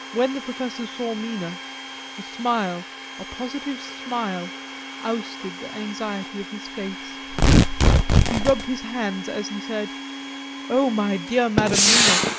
when the professor saw mina a smile a positive smile ousted the anxiety of his face he rubbed his hands as he said oh, my dear madam mina,